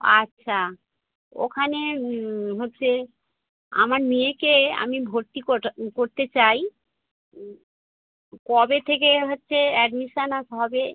আচ্ছা ওখানে হচ্ছে আমার মেয়েকে আমি ভর্তি করতে চাই কবে থেকে হচ্ছে অ্যাডমিশান হবে